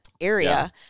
area